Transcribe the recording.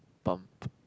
bump